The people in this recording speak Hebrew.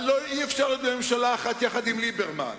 על שאי-אפשר להיות בממשלה אחת יחד עם ליברמן.